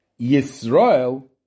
Yisrael